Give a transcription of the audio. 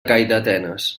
calldetenes